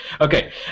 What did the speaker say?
Okay